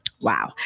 wow